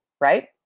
right